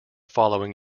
following